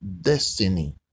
destiny